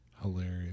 Hilarious